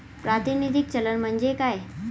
प्रातिनिधिक चलन म्हणजे काय?